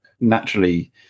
naturally